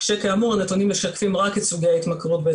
כשכאמור הנתונים משקפים רק את סוגי ההתמכרות של